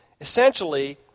Essentially